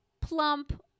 plump